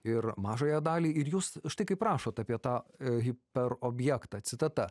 ir mažąją dalį ir jūs štai kaip rašot apie tą hiperobjektą citata